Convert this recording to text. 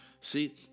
See